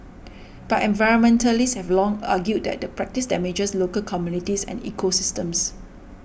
but environmentalists have long argued that the practice damages local communities and ecosystems